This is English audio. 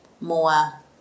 more